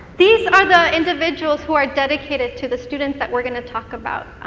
these are the individuals who are dedicated to the students that we are going to talk about.